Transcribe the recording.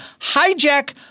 hijack